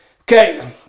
Okay